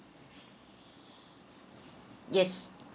yes